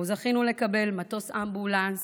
שבו זכינו לקבל מטוס אמבולנס